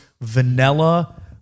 vanilla